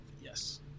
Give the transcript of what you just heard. yes